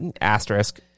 Asterisk